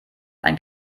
ein